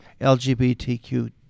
LGBTQ